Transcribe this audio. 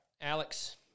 Alex